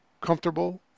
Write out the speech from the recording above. comfortable